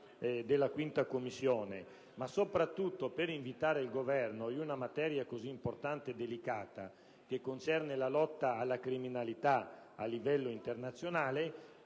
della 5a Commissione, ma soprattutto per invitare il Governo, in una materia così importante come la lotta alla criminalità a livello internazionale,